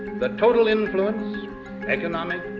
the total influence economic,